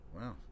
Wow